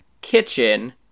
Kitchen